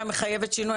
בפריפריה מחייבת שינוי,